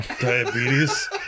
Diabetes